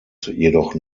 jedoch